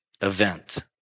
event